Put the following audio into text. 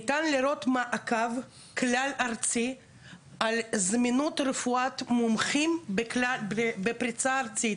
ניתן לראות מעקב כלל ארצי על זמינות רפואת מומחים בפריסה ארצית.